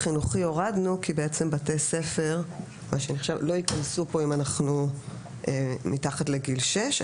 את מוסד חינוכי הורדנו כי בתי ספר לא ייכנסו כאן אם אנחנו מתחת לגיל שש.